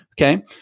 Okay